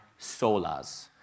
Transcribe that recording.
solas